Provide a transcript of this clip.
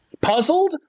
Puzzled